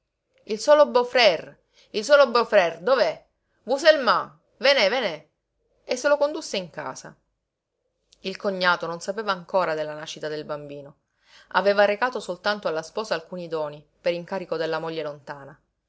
il solo beau-frère il solo beau-frère dov'è vous seulement venez venez e se lo condusse in casa il cognato non sapeva ancora della nascita del bambino aveva recato soltanto alla sposa alcuni doni per incarico della moglie lontana